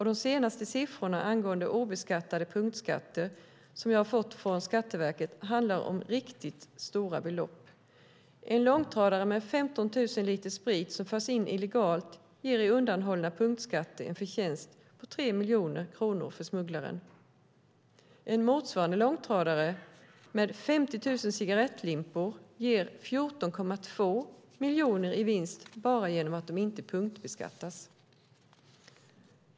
De senaste siffrorna angående uteblivna punktskatter som jag har fått från Skatteverket handlade om riktigt stora belopp. En långtradare med 15 000 liter sprit som förs in illegalt ger i undanhållna punktskatter en förtjänst på 3 miljoner kronor för smugglaren. En motsvarande långtradare med 50 000 cigarettlimpor ger 14,2 miljoner i vinst bara genom att de inte punktbeskattas.